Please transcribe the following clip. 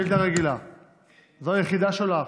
212. זאת היחידה שעולה עכשיו.